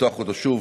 לפתוח אותו שוב,